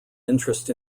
interest